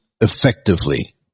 effectively